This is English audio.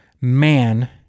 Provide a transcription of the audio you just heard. man